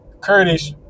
Kurdish